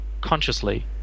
Consciously